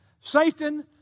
Satan